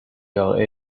are